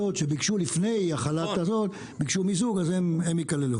המציאות של השוק הייתה שונה, אבל תודה רבה.